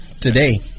today